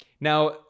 Now